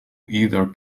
either